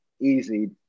easy